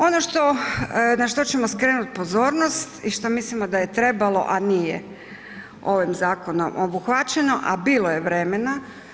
Ono što, na što ćemo skrenut pozornost i što mislimo da je trebalo, a nije ovim zakonom obuhvaćeno, a bilo je vremena.